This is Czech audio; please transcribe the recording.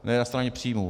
Ne na straně příjmů.